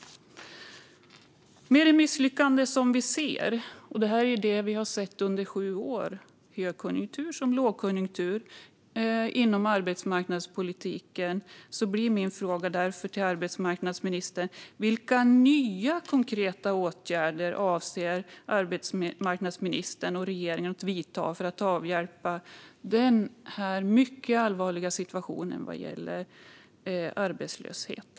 Med tanke på den misslyckade arbetsmarknadspolitik vi nu sett under sju år, i högkonjunktur och lågkonjunktur, blir min fråga till arbetsmarknadsministern: Vilka nya konkreta åtgärder avser arbetsmarknadsministern och regeringen att vidta för att avhjälpa den mycket allvarliga arbetslösheten?